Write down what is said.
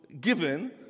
given